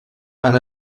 van